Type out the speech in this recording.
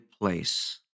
place